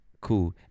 Cool